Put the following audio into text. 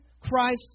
Christ